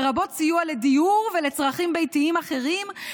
לרבות סיוע בדיור ובצרכים ביתיים אחרים,